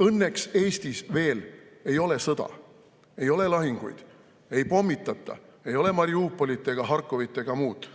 Õnneks Eestis veel ei ole sõda, ei ole lahinguid, ei pommitata, ei ole Mariupolit ega Harkovit ega muud.